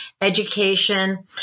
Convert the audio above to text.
education